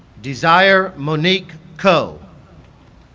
desire monique coe